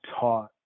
taught